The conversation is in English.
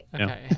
Okay